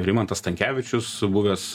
rimantas stankevičius buvęs